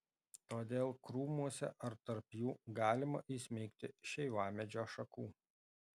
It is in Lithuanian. todėl krūmuose ar tarp jų galima įsmeigti šeivamedžio šakų